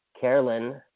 Carolyn